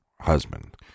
husband